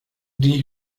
die